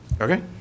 Okay